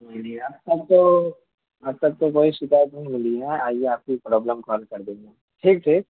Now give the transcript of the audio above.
جی اب تو اب تک تو کوئی شکایت نہیں ملی ہے آئیے آپ کی پرابلم سولو کر دیں گے ٹھیک ٹھیک